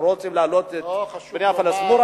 לא רוצים להעלות את בני הפלאשמורה,